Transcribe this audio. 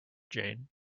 jane